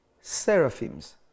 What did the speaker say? Seraphims